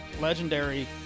legendary